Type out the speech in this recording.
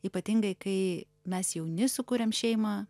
ypatingai kai mes jauni sukūrėm šeimą